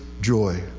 joy